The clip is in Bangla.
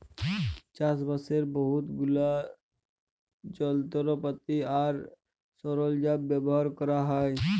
চাষবাসের বহুত গুলা যলত্রপাতি আর সরল্জাম ব্যাভার ক্যরা হ্যয়